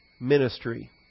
ministry